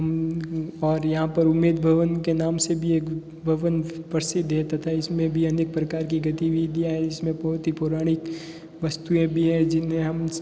और यहाँ पर उम्मीद भवन के नाम से भी एक भवन प्रसिद्ध है तथा इसमें भी अनेक प्रकार की गतिविधियाँ हैं इसमें बहुत ही पुरानी वस्तुएँ भी हैं जिन्हें हम